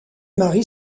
marie